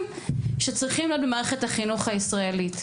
שצריכים להיות במערכת החינוך הישראלית.